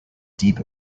deep